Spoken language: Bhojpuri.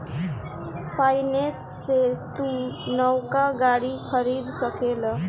फाइनेंस से तू नवका गाड़ी खरीद सकेल